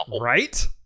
right